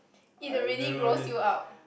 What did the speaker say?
eat already gross you out